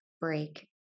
break